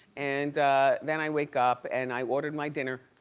and then i wake up and i ordered my dinner.